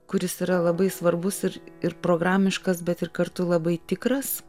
kuris yra labai svarbus ir ir programiškas bet ir kartu labai tikras